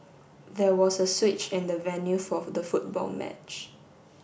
there was a switch in the venue for the football match